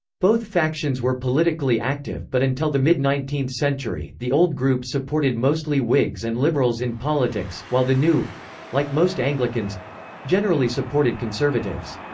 both factions were politically active, but until the mid nineteenth century, the old group supported mostly whigs and liberals in politics, while the new like most anglicans generally supported conservatives.